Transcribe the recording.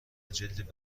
جلد